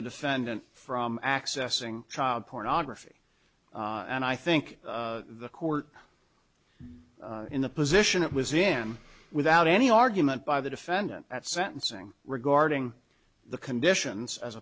the defendant from accessing child pornography and i think the court in the position it was in without any argument by the defendant at sentencing regarding the conditions as